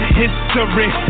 history